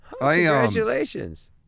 Congratulations